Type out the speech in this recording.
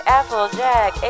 Applejack